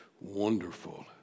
wonderful